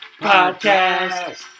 Podcast